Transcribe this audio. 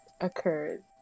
occurred